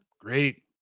great